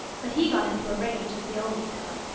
but he got into a rage, as he always does,